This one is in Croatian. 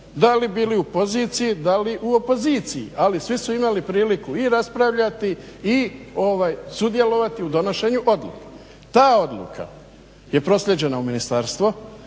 Da li bili u poziciji, da li u opoziciji, ali svi su imali priliku i raspravljati i ovaj sudjelovati u donošenju odluke. Ta odluka je proslijeđena u ministarstvo.